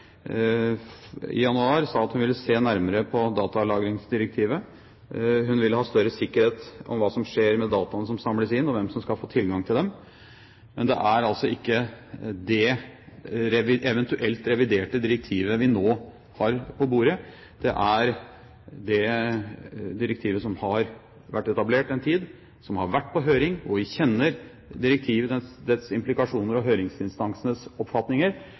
i januar sa at hun ville se nærmere på datalagringsdirektivet. Hun ville ha større sikkerhet om hva som skjer med dataene som samles inn, og hvem som skal få tilgang til dem. Men det er altså ikke det eventuelt reviderte direktivet vi nå har på bordet. Det er direktivet som har vært etablert en tid, som har vært på høring. Vi kjenner direktivet og dets implikasjoner og høringsinstansenes oppfatninger.